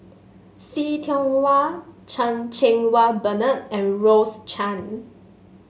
See Tiong Wah Chan Cheng Wah Bernard and Rose Chan